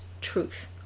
TRUTH